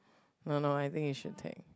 no no I think you should take